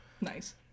nice